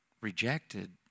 rejected